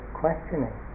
questioning